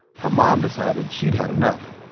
her mom decided she'd had enough.